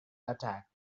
attack